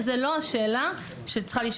היא לא השאלה שצריכה להישאל.